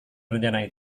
rencana